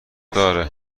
داره